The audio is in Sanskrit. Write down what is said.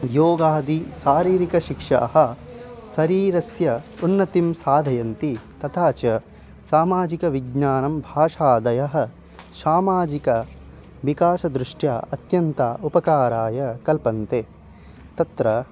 योगादि शारीरिकशिक्षाः शरीरस्य उन्नतिं साधयन्ति तथा च सामाजिकविज्ञानं भाषादयः सामाजिक विकासदृष्ट्या अत्यन्तम् उपकाराय कल्पन्ते तत्र